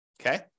okay